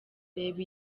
reba